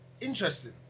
Interesting